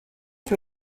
sur